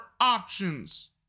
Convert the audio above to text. options